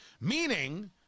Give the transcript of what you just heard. Meaning